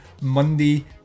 Monday